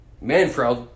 Manfred